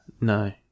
No